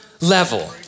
level